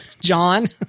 John